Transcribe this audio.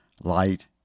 light